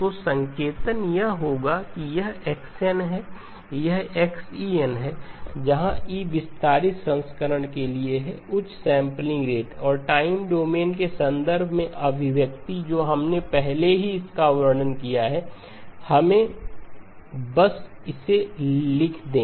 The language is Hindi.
तो संकेतन यह होगा कि यह x n है यह x E n है जहाँ E विस्तारित संस्करण के लिए है उच्च सैंपलिंग रेटऔर टाइम डोमेन के संदर्भ में अभिव्यक्ति जो हमने पहले ही इसका वर्णन किया है हमें बस इसे लिख दें